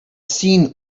seen